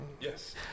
Yes